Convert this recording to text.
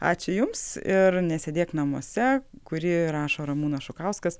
ačiū jums ir nesėdėk namuose kurį rašo ramūnas šukauskas